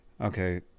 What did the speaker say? Okay